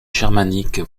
germanique